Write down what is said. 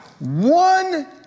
One